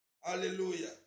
Hallelujah